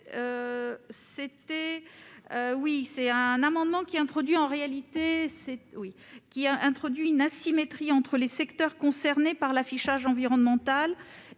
n° 767 tend à introduire une asymétrie entre les secteurs concernés par l'affichage environnemental.